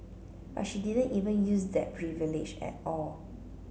but she didn't even use that privilege at all